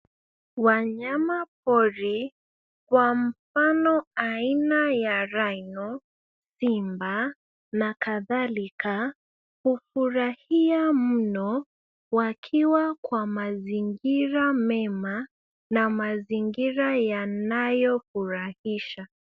Wanyama pori, kwa mfano aina ya rhino ,simba na kadhalika hufurahia mno wakiwa kwa mazingira mema na mazingira yanayofurahisha.